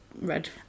red